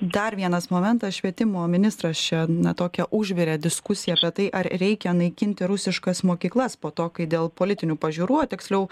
dar vienas momentas švietimo ministras čia na tokia užvirė diskusija apie tai ar reikia naikinti rusiškas mokyklas po to kai dėl politinių pažiūrų o tiksliau